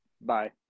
Bye